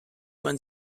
man